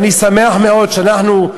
ואני שמח מאוד שאנחנו,